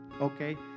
Okay